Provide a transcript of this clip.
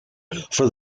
for